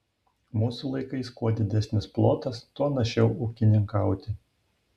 mūsų laikais kuo didesnis plotas tuo našiau ūkininkauti